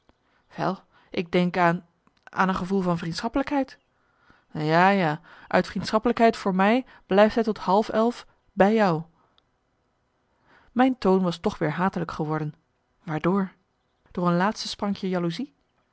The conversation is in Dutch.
ik denk aan aan een gevoel van vriendschappelijkheid ja ja uit vriendschappelijkheid voor mij blijft hij tot half elf bij jou mijn toon was toch weer hatelijk geworden waardoor door een laatste sprankje jaloezie